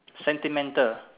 sentimental